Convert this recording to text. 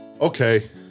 Okay